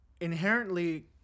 inherently